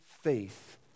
faith